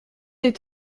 est